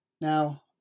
Now